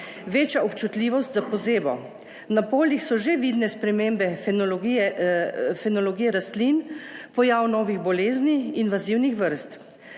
več občutljivost za pozebo. Na poljih so že vidne spremembe fenologij rastlin, pojav novih bolezni, invazivnih vrst.